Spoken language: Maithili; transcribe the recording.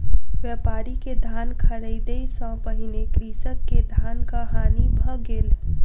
व्यापारी के धान ख़रीदै सॅ पहिने कृषक के धानक हानि भ गेल